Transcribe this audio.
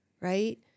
right